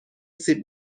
سیب